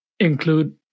include